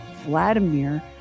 Vladimir